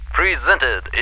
presented